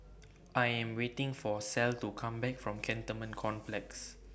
I Am waiting For Clell to Come Back from Cantonment Complex